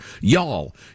y'all